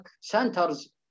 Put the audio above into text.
centers